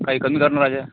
काही कमी कर ना राजा